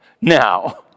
now